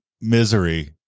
misery